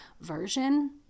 version